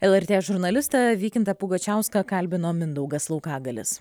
lrt žurnalistą vykintą pugačiauską kalbino mindaugas laukagalius